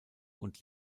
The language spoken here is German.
und